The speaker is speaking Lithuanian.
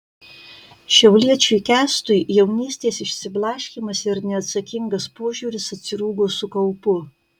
šiauliečiui kęstui jaunystės išsiblaškymas ir neatsakingas požiūris atsirūgo su kaupu